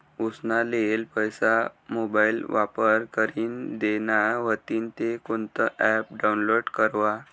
उसना लेयेल पैसा मोबाईल वापर करीन देना व्हतीन ते कोणतं ॲप डाऊनलोड करवा?